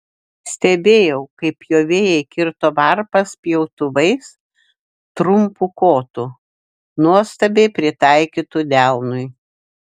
stebėjau kaip pjovėjai kirto varpas pjautuvais trumpu kotu nuostabiai pritaikytu delnui